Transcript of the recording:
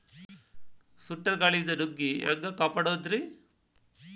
ಸುಂಟರ್ ಗಾಳಿಯಿಂದ ನುಗ್ಗಿ ಹ್ಯಾಂಗ ಕಾಪಡೊದ್ರೇ?